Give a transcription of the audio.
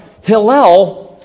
Hillel